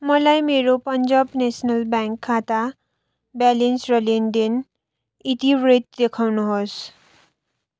मलाई मेरो Punjab national bank खाता ब्यालेन्स र लेनदेन इतिवृत्त देखाउनुहोस्